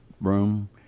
room